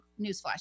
newsflash